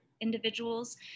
individuals